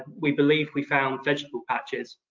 we believe we found vegetable patches.